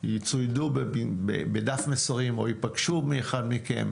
יצוידו בדף מסרים או יפגשו עם אחד מכם,